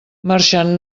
marxant